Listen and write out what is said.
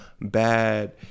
bad